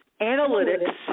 analytics